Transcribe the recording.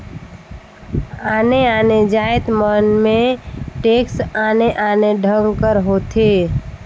आने आने जाएत मन में टेक्स आने आने ढंग कर होथे